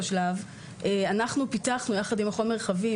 שלב פיתחנו ספר יחד עם מכון מרחבים,